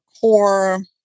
core